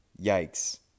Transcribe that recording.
yikes